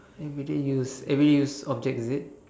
everyday use every use object is it